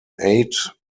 eight